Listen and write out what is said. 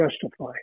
justify